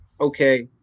Okay